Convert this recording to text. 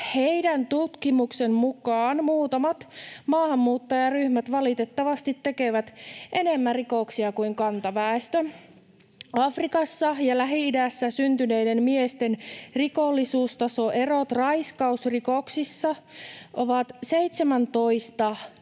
Heidän tutkimuksensa mukaan muutamat maahanmuuttajaryhmät valitettavasti tekevät enemmän rikoksia kuin kantaväestö. Afrikassa ja Lähi-idässä syntyneiden miesten rikollisuustasoerot raiskausrikoksissa ovat